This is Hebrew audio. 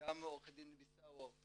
וגם עו"ד ביסאוו,